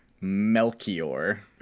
Melchior